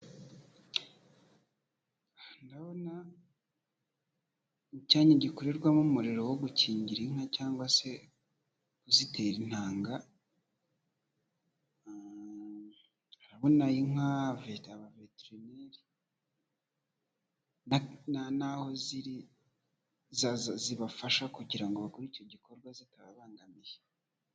Ndabona cyanyanya gikorerwamo umuriro wo gukingira inka se kuzitera intanga, ndabona inka, veterineri naho ziri, zibafasha kugira ngo bakore icyo gikorwa zitababangamiye.